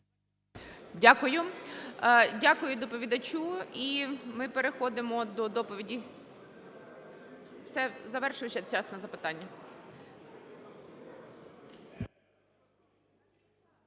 Дякую. Дякую доповідачу. І ми переходимо до доповіді. Все, завершився час на запитання.